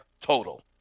total